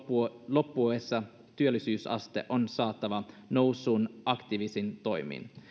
loppuessa työllisyysaste on saatava nousuun aktiivisin toimin